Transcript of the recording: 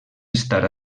estar